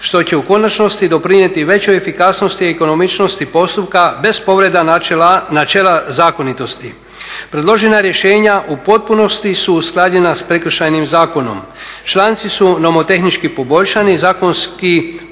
što će u konačnosti doprinijeti većoj efikasnosti i ekonomičnosti postupka bez povreda načela zakonitosti. Predložena rješenja u potpunosti su usklađena sa prekršajnim zakonom, članci su nomotehnički poboljšani, zakonski